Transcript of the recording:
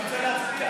אני רוצה להצביע.